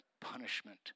punishment